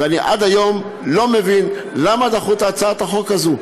ועד היום אני לא מבין למה דחו את הצעת החוק הזאת.